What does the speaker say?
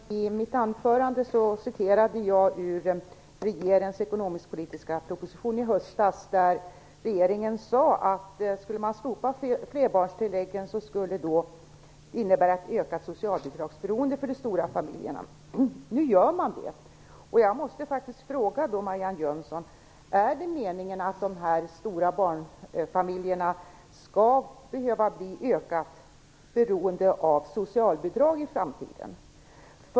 Fru talman! I mitt anförande citerade jag ur regeringens ekonomisk-politiska proposition från i höstas, där regeringen sade att om man skulle slopa flerbarnstillägget skulle det innebära ett ökat socialbidragsberoende för de stora familjerna. Nu gör man det. Jag måste faktiskt fråga Marianne Jönsson: Är det meningen att de stora barnfamiljerna i större utsträckning skall behöva bli beroende av socialbidrag i framtiden?